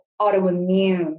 autoimmune